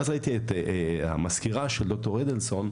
ואז ראיתי את המזכירה של ד"ר אדלסון,